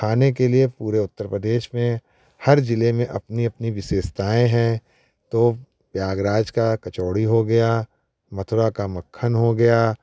खाने के लिए पूरे उत्तर प्रदेश में हर जिले में अपनी अपनी विशेषताएँ हैं तो प्रयागराज का कचौरी हो गया मथुरा का मक्खन हो गया